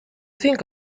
think